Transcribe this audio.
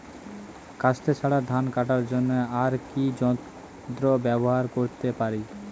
কাস্তে ছাড়া ধান কাটার জন্য আর কি যন্ত্র ব্যবহার করতে পারি?